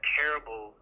terrible